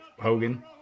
Hogan